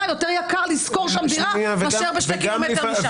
יותר יקר לשכור שם דירה מאשר שני קילומטר משם.